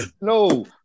no